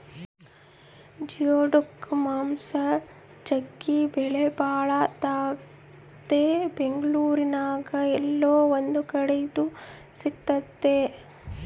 geoduck ಮಾಂಸ ಜಗ್ಗಿ ಬೆಲೆಬಾಳದಾಗೆತೆ ಬೆಂಗಳೂರಿನ್ಯಾಗ ಏಲ್ಲೊ ಒಂದು ಕಡೆ ಇದು ಸಿಕ್ತತೆ